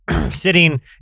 sitting